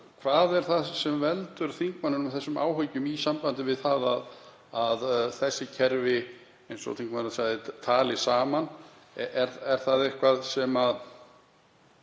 Hvað er það sem veldur þingmanninum þessum áhyggjum í sambandi við það að þessi kerfi, eins og þingmaðurinn sagði, tali saman? Er eitthvað, sem